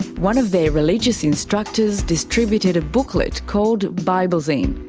one of their religious instructors distributed a booklet called biblezine.